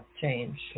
change